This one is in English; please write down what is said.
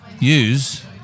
use